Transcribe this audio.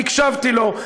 הקשבתי לו,